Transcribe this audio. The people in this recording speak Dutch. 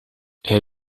hij